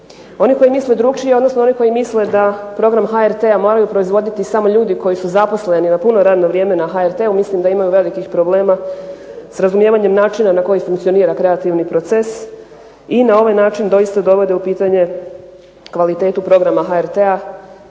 Oni koji misle drugačije i oni koji misle da program HRT moraju proizvoditi ljudi koji su zaposleni na puno radno vrijeme na HRT-u, mislim da imaju velikih problema sa razumijevanjem načina na koji funkcionira kreativni proces i na ovaj način dovode u pitanje kvalitetu programa HRT-a